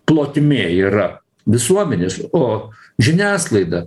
plotmė yra visuomenės o žiniasklaida